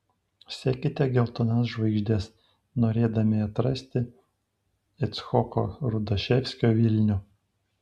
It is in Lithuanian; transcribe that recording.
sekite geltonas žvaigždes norėdami atrasti icchoko rudaševskio vilnių